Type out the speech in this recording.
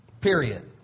Period